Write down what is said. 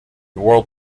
world